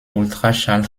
ultraschall